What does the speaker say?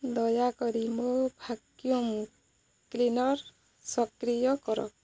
ଦୟାକରି ମୋର vacuum cleaner ସକ୍ରିୟ କର